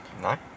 No